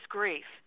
grief